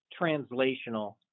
translational